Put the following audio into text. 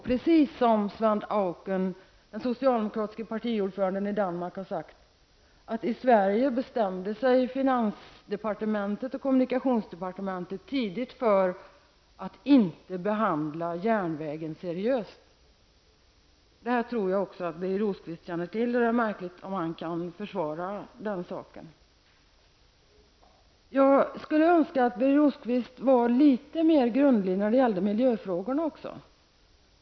Precis som Svend Auken, den socialdemokratiske partiordföranden i Danmark, har sagt, att i Sverige bestämde sig finansdepartementet och kommunikationsdepartementet tidigt för att inte behandla järnvägen seriöst. Jag tror att också Birger Rosqvist känner till detta, och det är märkligt att han kan försvara det. Jag skulle önska att Birger Rosqvist var litet mer grundlig även när det gäller miljöfrågorna.